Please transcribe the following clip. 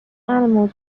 animals